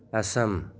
Assam